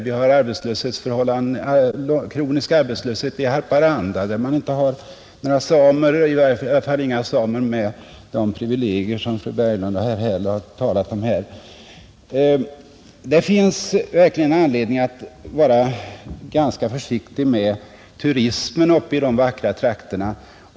Det råder kronisk arbetslöshet i Haparanda, där man inte har några samer att skylla allting på — i varje fall inte samer med de privilegier som fru Berglund och herr Häll har talat om. Det finns anledning att vara försiktig med turismen uppe i dessa vackra trakter.